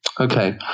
Okay